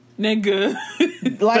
Nigga